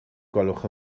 gwelwch